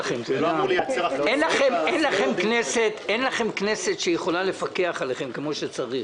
אין כנסת שיכולה לפקח עליכם כמו שצריך.